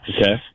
Okay